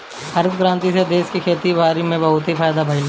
हरित क्रांति से देश में खेती बारी में बहुते फायदा भइल